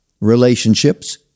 relationships